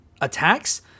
attacks